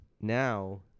Now